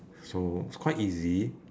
so it's quite easy